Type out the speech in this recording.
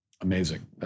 Amazing